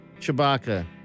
Chewbacca